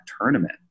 tournament